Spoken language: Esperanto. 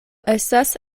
estas